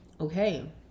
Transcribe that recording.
Okay